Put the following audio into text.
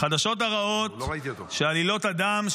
החדשות הרעות הן שעלילות הדם,